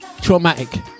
traumatic